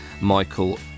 Michael